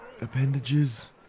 appendages